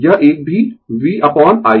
यह एक भी v अपोन I